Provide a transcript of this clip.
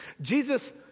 Jesus